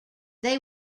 they